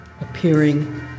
appearing